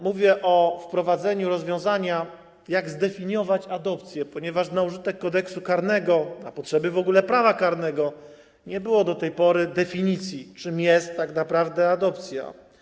Mówię tu o wprowadzeniu rozwiązania pokazującego, jak zdefiniować adopcję, ponieważ na użytek Kodeksu karnego, na potrzeby w ogóle prawa karnego nie było do tej pory definicji, czym jest tak naprawdę adopcja.